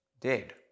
dead